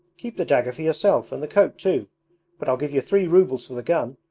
keep the dagger for yourself and the coat too but i'll give you three rubles for the gun.